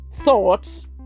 thoughts